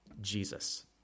Jesus